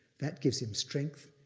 that gives him strength,